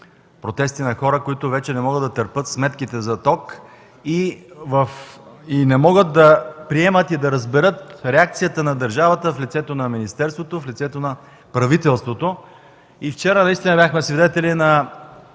протести на хора, които вече не могат да търпят сметките за ток, не могат да приемат и да разберат реакциите на държавата в лицето на министерството, в лицето на правителството. Вчера бяхме свидетели на